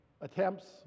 attempts